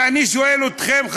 ואני שואל אתכם,